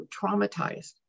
traumatized